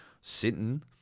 sitting